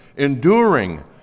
enduring